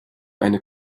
eine